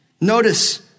Notice